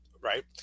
Right